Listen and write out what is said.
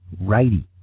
righty